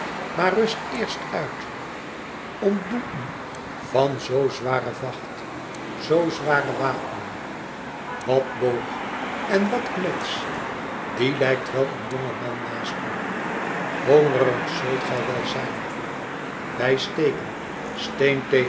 maar rust eerst uit ontdoe u van zoo zware vacht zoo zware wapenen wat boog en wat knots die lijkt wel een jonge man naast u hongerig zult gij wel zijn wij steken